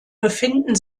befinden